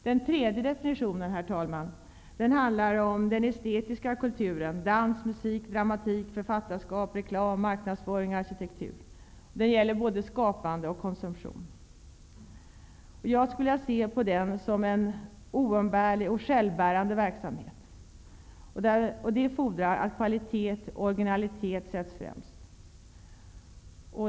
Den tredje definitionen, herr talman, handlar om den estetiska kulturen -- dans, musik, dramatik, författarskap, reklam, marknadsföring, arkitektur. Det gäller både skapande och konsumtion. Jag skulle vilja se på den som en oumbärlig och självbärande verksamhet. Det fordrar att kvalitet och originalitet sätts främst.